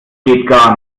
geht